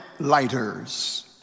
lighters